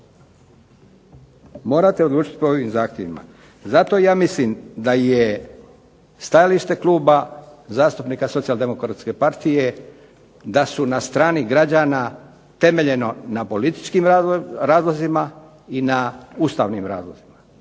morate odlučiti po ovim zahtjevima. Zato ja mislim da je stajalište Kluba zastupnika Socijaldemokratske partije da su na strani građana temeljeno na političkim razlozima i na ustavnim razlozima.